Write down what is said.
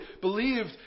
believed